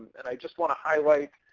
and i just want to highlight,